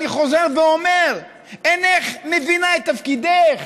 אני חוזר ואומר: אינך מבינה את תפקידך.